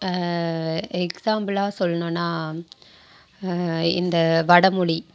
எக்ஸ்சாம்பிளா சொல்லணுனா இந்த வடமொழி